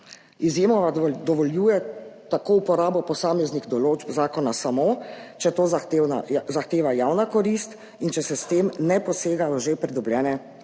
Izjemoma tako dovoljuje uporabo posameznih določb zakona samo, če to zahteva javna korist in če se s tem ne posega v že pridobljene pravice.